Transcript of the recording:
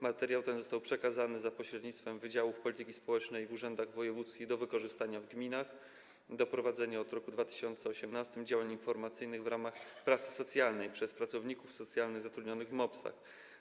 Materiał ten został przekazany za pośrednictwem wydziałów polityki społecznej w urzędach wojewódzkich do wykorzystania w gminach do prowadzenia od roku 2018 działań informacyjnych w ramach pracy socjalnej przez pracowników socjalnych zatrudnionych w MOPS-ach.